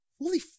holy